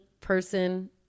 person